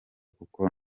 kuko